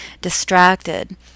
distracted